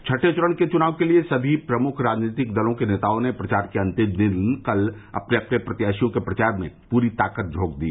छठें चरण के चुनाव के लिये सभी प्रमुख राजनीतिक दलों के नेताओं ने प्रचार के अंतिम दिन कल अपने अपने प्रत्याशियों के प्रचार में पूरी ताकत झोंक दी